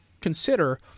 consider